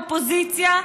האופוזיציה,